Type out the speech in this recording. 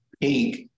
pink